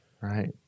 Right